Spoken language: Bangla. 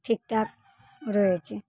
ঠিকঠাক রয়েছে